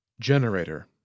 Generator